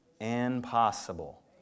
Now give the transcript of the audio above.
impossible